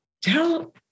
Tell